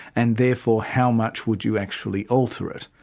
and therefore how much would you actually alter it?